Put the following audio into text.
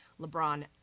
LeBron